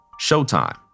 Showtime